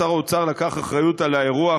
שר האוצר לקח אחריות על האירוע,